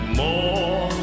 more